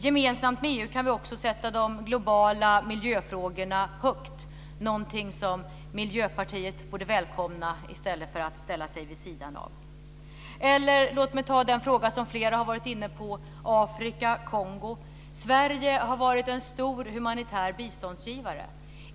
Gemensamt inom EU kan vi också sätta de globala miljöfrågorna högt, något som Miljöpartiet borde välkomna i stället för att ställa sig vid sidan av. Eller låt mig ta upp en fråga som flera har varit inne på, frågan om Afrika, Kongo. Sverige har varit en stor humanitär biståndsgivare.